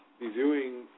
reviewing